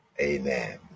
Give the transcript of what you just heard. Amen